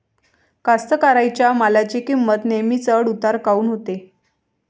कास्तकाराइच्या मालाची किंमत नेहमी चढ उतार काऊन होते?